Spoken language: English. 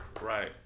Right